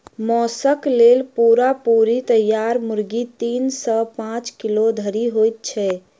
मौसक लेल पूरा पूरी तैयार मुर्गी तीन सॅ पांच किलो धरि होइत छै